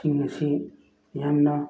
ꯁꯤꯡ ꯑꯁꯤ ꯌꯥꯝꯅ